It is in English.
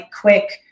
quick